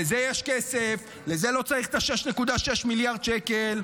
לזה יש כסף, לזה לא צריך את 6.6 מיליארד השקלים.